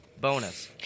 bonus